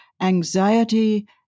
anxiety